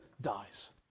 dies